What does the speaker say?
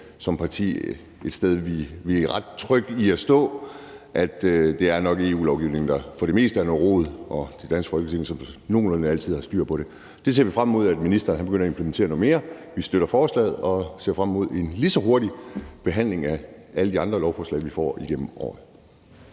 som parti er ret trygge i at stå: at det nok er EU-lovgivningen, der for det meste er noget rod, og det danske Folketing, der nogenlunde altid har styr på det. Det ser vi frem til at ministeren begynder at implementere noget mere. Vi støtter forslaget og ser også frem til en lige så hurtig behandling af alle de andre lovforslag, vi får igennem året.